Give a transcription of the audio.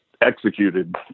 executed